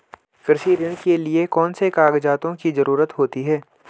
कृषि ऋण के लिऐ कौन से कागजातों की जरूरत होती है?